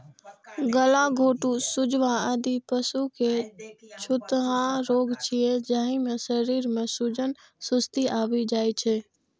गलाघोटूं, सुजवा, आदि पशुक छूतहा रोग छियै, जाहि मे शरीर मे सूजन, सुस्ती आबि जाइ छै